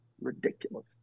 ridiculous